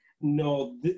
no